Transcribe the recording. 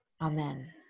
Amen